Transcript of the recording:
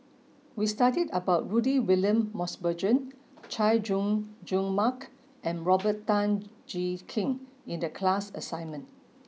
we studied about Rudy William Mosbergen Chay Jung Jun Mark and Robert Tan Jee Keng in the class assignment